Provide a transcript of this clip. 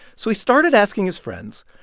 so he started asking his friends,